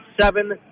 seven